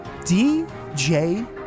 DJ